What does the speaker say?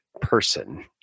person